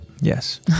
Yes